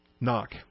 Knock